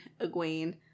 Egwene